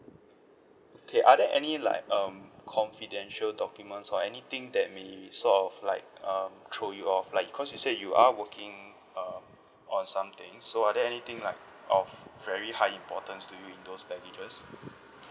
okay are there any like um confidential documents or anything that may sort of like um throw you off like cause you said you are working uh on something so are there anything like of very high importance to you in those baggages